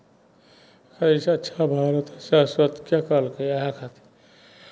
अइसे अच्छा भारत सास्वत किया कहलकैए इएह खातिर